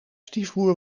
stiefbroer